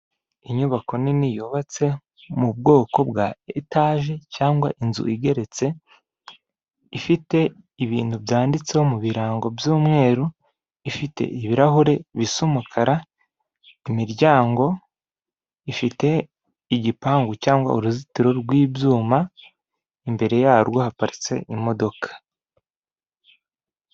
Inyubako nini yubatse mu bwoko bwa etaje cyangwa inzu igeretse, ifite ibintu byanditseho mu birango by'umweru, ifite ibirahure bisa umukara, imiryango ifite igipangu cyangwa uruzitiro rw'ibyuma, imbere yarwo haparitse imodoka.